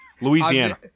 Louisiana